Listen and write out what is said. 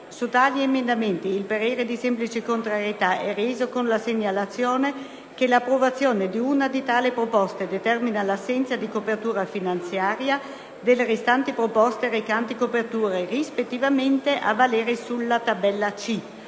Su tali emendamenti il parere di semplice contrarietà è reso con la segnalazione che l'approvazione di una di tali proposte determina l'assenza di copertura finanziaria delle restanti proposte recanti copertura rispettivamente a valere sulla tabella C,